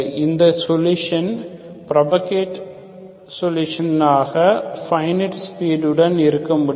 அந்த சொலுஷனும் பிரபகேட் சொலுஷன்னாக பைனிட் ஸ்பீட் உடன் இருக்க முடியும்